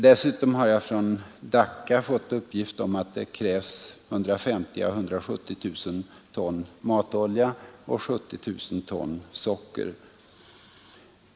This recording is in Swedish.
Dessutom har jag från Dacca fått uppgift om att det krävs 150 000 å 170 000 ton matolja och 70 000 ton socker.